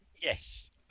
Yes